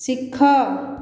ଶିଖ